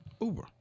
Uber